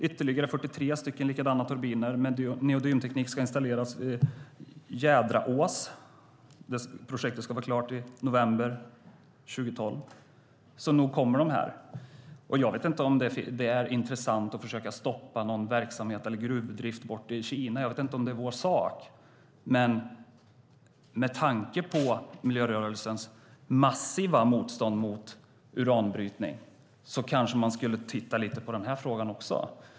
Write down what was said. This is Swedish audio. Ytterligare 43 likadana turbiner med neodymteknik ska installeras i Jädraås. Projektet ska vara klart i november 2012. Nog kommer de. Jag vet inte om det är intressant att försöka stoppa någon verksamhet eller gruvdrift i Kina eller om det är vår sak, men med tanke på miljörörelsens massiva motstånd mot uranbrytning kanske man skulle titta lite på den frågan också.